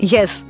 Yes